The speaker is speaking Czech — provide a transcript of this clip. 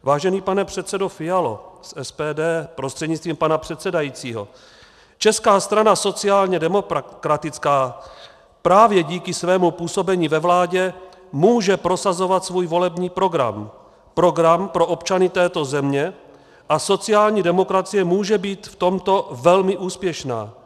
Vážený pane předsedo Fialo z SPD prostřednictvím pana předsedajícího, Česká strana sociálně demokratická právě díky svému působení ve vládě může prosazovat svůj volební program, program pro občany této země, a sociální demokracie může být v tomto velmi úspěšná.